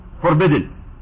forbidden